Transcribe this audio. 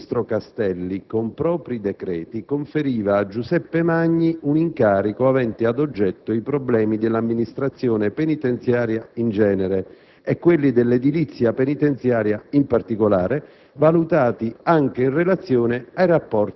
Tra il 2001 e il 2003, il ministro Castelli con propri decreti conferiva a Giuseppe Magni un incarico avente ad oggetto i problemi dell'amministrazione penitenziaria in genere, e quelli dell'edilizia penitenziaria in particolare,